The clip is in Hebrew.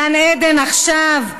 גן עדן עכשיו,